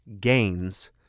gains